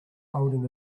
holding